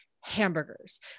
hamburgers